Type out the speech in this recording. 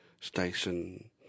station